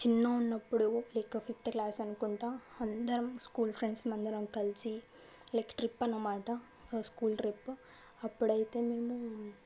చిన్న ఉన్నప్పుడు like fifth class అనుకుంటా అందరం స్కూల్ ఫ్రెండ్స్ మందరం కలిసి లైక్ ట్రిప్ అన్నమాట స్కూల్ ట్రిప్ అప్పుడైతే మేము